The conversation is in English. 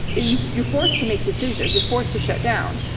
you're you're forced to make decisions. you're forced to shut down.